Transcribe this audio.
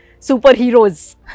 superheroes